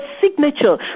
signature